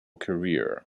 career